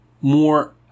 more